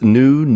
new